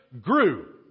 grew